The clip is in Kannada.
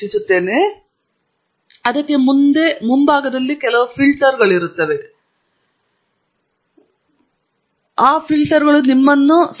ಇಲ್ಲಿ ಮುಂಭಾಗದಲ್ಲಿ ಕೆಲವು ಫಿಲ್ಟರ್ಗಳು ಇವೆ ಅದನ್ನು ನೀವು ಯಾವ ರೀತಿಯ ಫಿಲ್ಟರ್ ಅನ್ನು ಬಳಸಲು ಬಯಸುತ್ತೀರಿ ಎಂಬುದನ್ನು ಆಯ್ಕೆ ಮಾಡಬಹುದು ತದನಂತರ ಅದನ್ನು ಬಳಸಿ